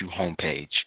homepage